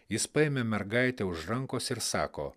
jis paėmė mergaitę už rankos ir sako